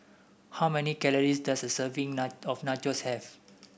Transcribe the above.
how many calories does a serving of Nachos have